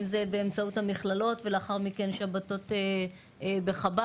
אם זה באמצעות המכללות, ולאחר מכן שבתות בחב"ד.